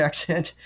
accent